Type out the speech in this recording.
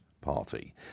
party